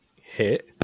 hit